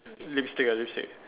lipstick ah lipstick